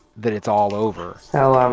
that it's all over. so um